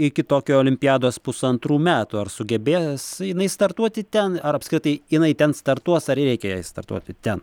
iki tokijo olimpiados pusantrų metų ar sugebės jinai startuoti ten ar apskritai jinai ten startuos ar reikia jai startuoti ten